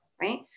right